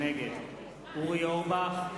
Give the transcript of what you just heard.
נגד אורי אורבך,